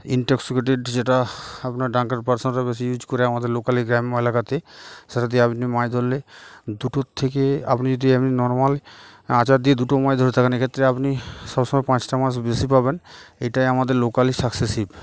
intoxicated যেটা আপনার ডাকার পার্সনটা বেশি ইউজ করে আমাদের লোকালি গ্রাম্য এলাকাতে সেটা দিয়ে আপনি মাছ ধরলে দুটোর থেকে আপনি যদি এপনি নর্মাল আচার দিয়ে দুটো মাছ ধরে থাকেন এক্ষেত্রে আপনি সবসময় পাঁচটা মাস বেশি পাবেন এটাই আমাদের লোকালি সাকসেসিভ